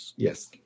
Yes